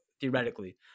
theoretically